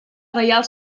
reial